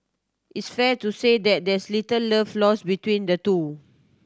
it's fair to say that there's little love lost between the two